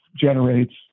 generates